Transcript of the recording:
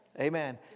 Amen